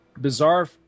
Bizarre